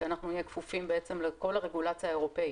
כי אנחנו נהיה כפופים בעצם לכל הרגולציה האירופאית.